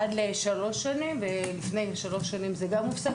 עד לפני שלוש שנים ואז זה הופסק,